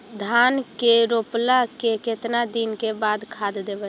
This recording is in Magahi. धान के रोपला के केतना दिन के बाद खाद देबै?